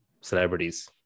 celebrities